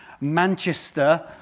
Manchester